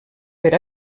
per